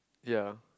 ya